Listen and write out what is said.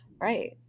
Right